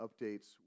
updates